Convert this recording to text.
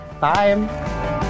Bye